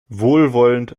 wohlwollend